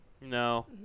No